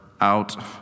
out